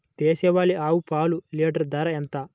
దేశవాలీ ఆవు పాలు లీటరు ధర ఎంత?